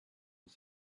was